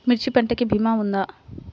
మిర్చి పంటకి భీమా ఉందా?